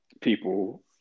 people